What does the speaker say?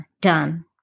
done